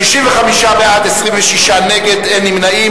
סעיף 28, סעיף 29, משרד הבינוי והשיכון,